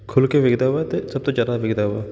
ਖੁੱਲ ਕੇ ਵਿਖਦਾ ਵਾ ਅਤੇ ਸਭ ਤੋਂ ਜ਼ਿਆਦਾ ਵਿਖਦਾ ਵਾ